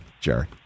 jerry